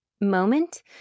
moment